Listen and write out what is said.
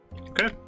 Okay